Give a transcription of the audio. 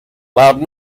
loud